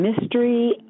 mystery